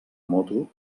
moto